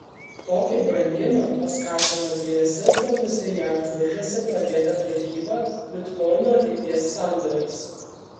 tokį brangimą paskatino dviejose stambiose jav biržose pradėta prekyba bitkoinų ateities sandoriais